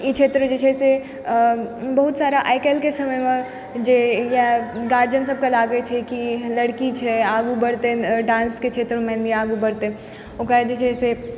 ई क्षेत्र जे छै से बहुत सारा आइकाल्हिके समयमे जे एहन गार्जियन सभके लागै छै कि लड़की छै आगु बढ़तै डान्स कऽ क्षेत्रमे नहि आगु बढ़तै ओकरा जे छै से